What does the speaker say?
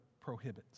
prohibits